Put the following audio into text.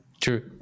True